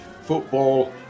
football